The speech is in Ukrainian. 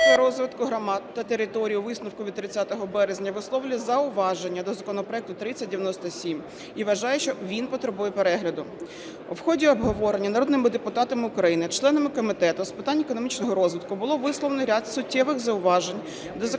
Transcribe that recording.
бюджету. Міністерство розвитку громад та територій у висновку від 30 березня висловлює зауваження до законопроекту 3097 і вважає, що він потребує перегляду. В ході обговорення народними депутатами України членами Комітету з питань економічного розвитку було висловлено ряд суттєвих зауважень до законопроектів 3097